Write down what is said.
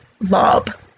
lob